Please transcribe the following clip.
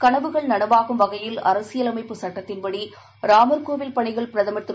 களவுகள் நனவாகும் வகையில் அரசியலமைப்பு சட்டத்தின்படிராமர் கோவில் பணிகள் பிரதமர் திரு